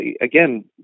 again